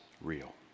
real